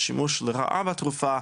השימוש לרעה בתרופה,